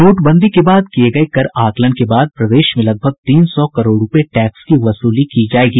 नोटबंदी के बाद किये गये कर आकलन के बाद प्रदेश में लगभग तीन सौ करोड़ रूपये टैक्स की वसूली की जायेगी